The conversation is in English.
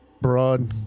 broad